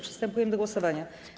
Przystępujemy do głosowania.